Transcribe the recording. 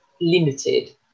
limited